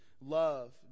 love